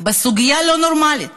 בסוגיה לא נורמלית